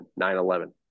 9-11